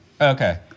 Okay